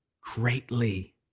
greatly